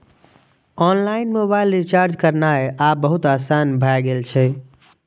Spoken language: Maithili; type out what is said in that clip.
ऑनलाइन मोबाइल रिचार्ज करनाय आब बहुत आसान भए गेल छै